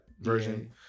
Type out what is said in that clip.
version